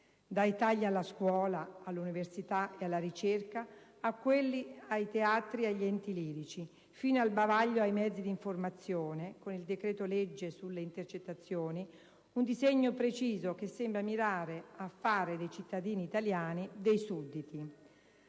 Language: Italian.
dai tagli alla scuola, all'università e alla ricerca a quelli ai teatri e agli enti lirici fino al bavaglio ai mezzi di informazione con il decreto-legge sulle intercettazioni: un disegno preciso che sembra mirare a fare dei cittadini italiani dei sudditi.